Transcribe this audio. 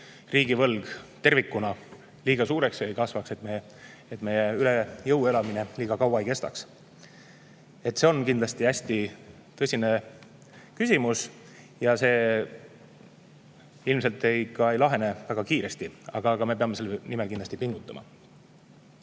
riigivõlg tervikuna liiga suureks ei kasvaks ja meie üle jõu elamine liiga kaua ei kestaks. See on kindlasti tõsine küsimus, mis ei lahene kiiresti, aga me peame selle nimel pingutama.